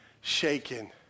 shaken